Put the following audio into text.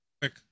Quick